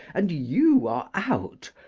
and you are out,